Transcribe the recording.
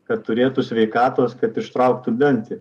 kad turėtų sveikatos kad ištrauktų dantį